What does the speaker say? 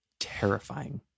terrifying